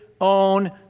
own